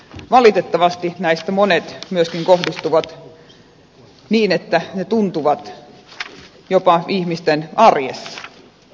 valitettavasti näistä monet myöskin kohdistuvat niin että ne tuntuvat jopa ihmisten arjessa